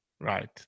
right